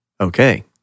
okay